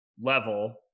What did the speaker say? level